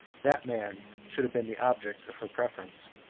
that man should have been the object of her preference.